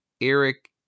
Eric